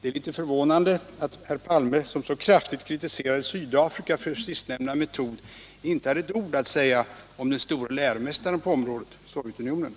Det är litet förvånande att herr Palme, som så kraftigt kritiserade Sydafrika för sistnämnda metod, inte hade ett ord att säga om den store läromästaren på området, Sovjetunionen.